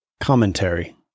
Commentary